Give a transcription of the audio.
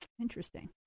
Interesting